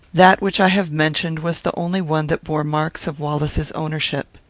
that which i have mentioned was the only one that bore marks of wallace's ownership.